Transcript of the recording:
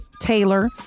Taylor